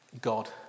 God